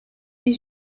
est